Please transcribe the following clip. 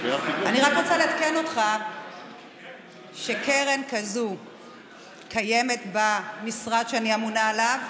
אני רק רוצה לעדכן אותך שקרן כזאת קיימת במשרד שאני ממונה עליו